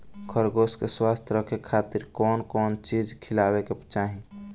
खरगोश के स्वस्थ रखे खातिर कउन कउन चिज खिआवे के चाही?